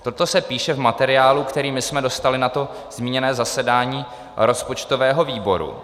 Toto se píše v materiálu, který my jsme dostali na to zmíněné zasedání rozpočtového výboru.